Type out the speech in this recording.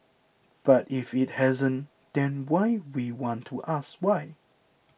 but if it hasn't then why we want to ask why